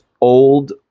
old